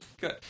Good